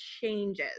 changes